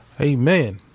amen